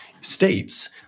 states